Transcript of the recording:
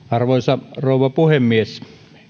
arvoisa rouva puhemies